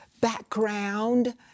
background